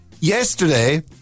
Yesterday